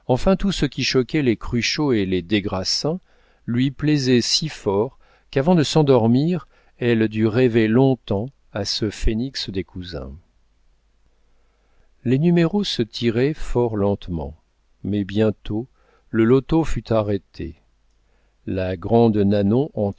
enfin tout ce qui choquait les cruchot et les des grassins lui plaisait si fort qu'avant de s'endormir elle dut rêver long-temps à ce phénix des cousins les numéros se tiraient fort lentement mais bientôt le loto fut arrêté la grande nanon